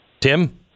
Tim